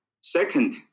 Second